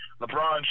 LeBron